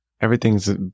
Everything's